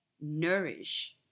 nourish